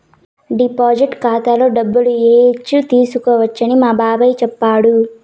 deposit ఖాతాలో డబ్బులు ఏయచ్చు తీసుకోవచ్చని మా బాబాయ్ చెప్పాడు